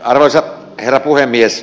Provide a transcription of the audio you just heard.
arvoisa herra puhemies